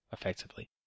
effectively